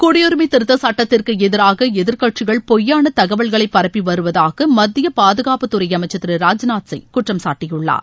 குடியுரிமை திருத்த சட்டத்திற்கு எதிராக எதிர்கட்சிகள் பொய்யான தகவல்களை பரப்பி வருவதாக மத்திய பாதுகாப்புத்துறை அமைச்சர் திரு ராஜ்நாத் சிங் குற்றம்சாட்டியுள்ளார்